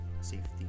safety